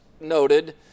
noted